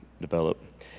develop